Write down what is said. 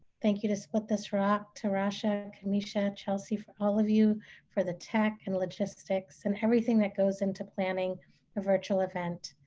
thank you to split this rock, to rasha, camisha, chelsea, for all of you for the tech and logistics and everything that goes into planning a virtual event.